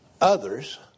others